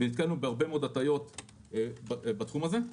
נתקלנו בהרבה מאוד הטעיות בתחום הזה.